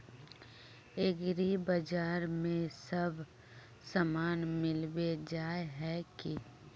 एग्रीबाजार में सब सामान मिलबे जाय है की?